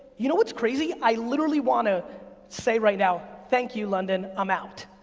you know what's crazy, i literally wanna say right now, thank you london, i'm out.